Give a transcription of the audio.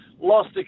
lost